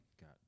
Got